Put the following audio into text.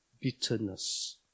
bitterness